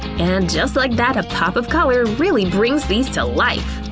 and just like that, a pop of color really brings these to life!